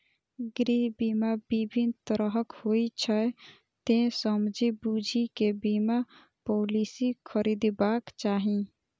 गृह बीमा विभिन्न तरहक होइ छै, तें समझि बूझि कें बीमा पॉलिसी खरीदबाक चाही